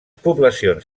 poblacions